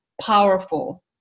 powerful